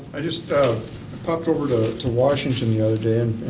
i just popped over to to washington the other